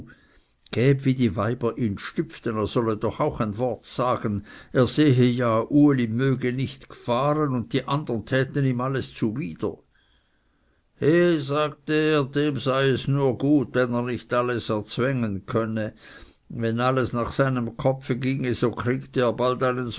gäb wie die weiber ihn stüpften er solle doch auch ein wort sagen er sehe ja uli möge nicht gfahren und die andern täten ihm alles zuwider he sagte er dem sei es nur gut wenn er nicht alles zwängen könne wenn alles nach seinem kopf ginge so kriegte er bald